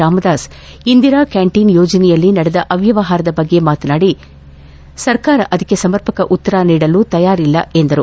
Ramdas Indira canteen ಯೋಜನೆಯಲ್ಲಿ ನಡೆದ ಅವ್ಯವಹಾರದ ಬಗ್ಗೆ ಮಾತನಾಡಿ ದರೆ ಸರ್ಕಾರ ಅದಕ್ಕೆ ಸಮರ್ಪಕ ಉತ್ತರ ನೀಡಲು ತಯಾರಿಲ್ಲ ಎಂದರು